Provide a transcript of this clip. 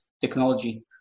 technology